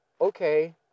okay